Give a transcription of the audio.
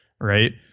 right